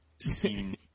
seen